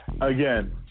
Again